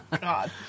God